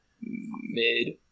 Mid